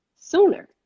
sooner